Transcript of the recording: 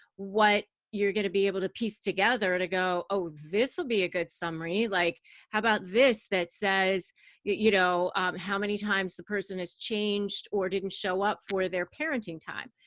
what you're going to be able to piece together to go, oh, this'll be a good summary. like how about this that say you know how many times the person has changed, or didn't show up for their parenting time.